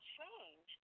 change